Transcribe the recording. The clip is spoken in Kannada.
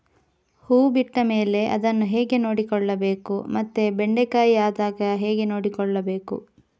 ಹೂ ಬಿಟ್ಟ ಮೇಲೆ ಅದನ್ನು ಹೇಗೆ ನೋಡಿಕೊಳ್ಳಬೇಕು ಮತ್ತೆ ಬೆಂಡೆ ಕಾಯಿ ಆದಾಗ ಹೇಗೆ ನೋಡಿಕೊಳ್ಳಬೇಕು?